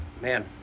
man